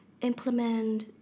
implement